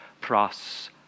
pros